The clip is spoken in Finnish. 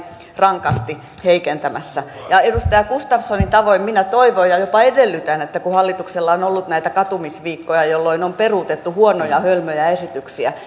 rankasti heikentämässä ja edustaja gustafssonin tavoin minä toivon ja jopa edellytän kun hallituksella on ollut näitä katumisviikkoja jolloin on peruutettu huonoja hölmöjä esityksiä